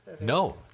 No